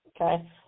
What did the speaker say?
Okay